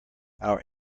our